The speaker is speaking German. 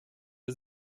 wir